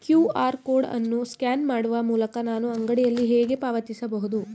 QR code ಅನ್ನು scan ಮಾಡುವ ಮೂಲಕ ನಾನು ಅಂಗಡಿಯಲ್ಲಿ ಹೇಗೆ ಪಾವತಿಸಬಹುದು?